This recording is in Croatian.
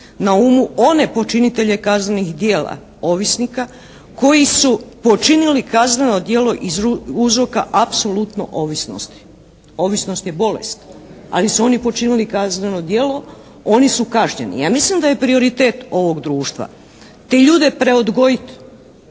na umu one počinitelje kaznenih djela ovisnika koji su počinili kazneno djelo iz uzroka apsolutno ovisnosti. Ovisnost je bolest. Ali su oni počinili kazneno djelo, oni su kažnjeni. Ja mislim da je prioritet ovog društva te ljude preodgojiti,